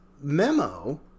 memo